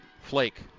Flake